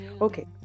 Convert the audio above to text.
Okay